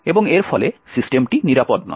এবং এর ফলে সিস্টেমটি নিরাপদ নয়